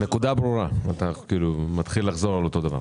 הנקודה ברורה, ואתה מתחיל לחזור על אותו דבר.